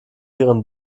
ihren